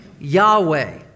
Yahweh